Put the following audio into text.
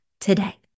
today